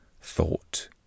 thought